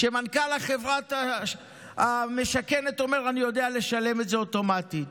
כשמנכ"ל החברה המשכנת אומר: אני יודע לשלם את זה אוטומטית.